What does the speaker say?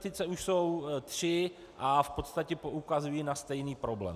Petice už jsou tři a v podstatě poukazují na stejný problém.